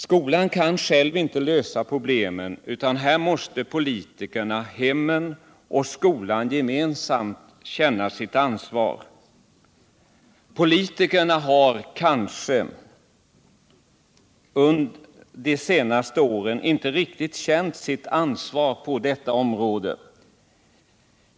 Skolan kan själv inte lösa problemen, utan här måste politikerna, hemmen och skolan gemensamt känna sitt ansvar. Politikerna har kanske under de senaste åren inte riktigt känt sitt ansvar på detta område.